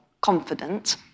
confident